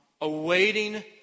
awaiting